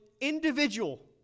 individual